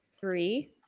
three